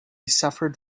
suffered